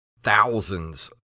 thousands